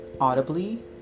audibly